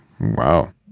Wow